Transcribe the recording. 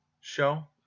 show